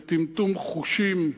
בטמטום חושים,